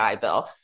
bill